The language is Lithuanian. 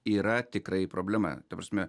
yra tikrai problema ta prasme